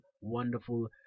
wonderful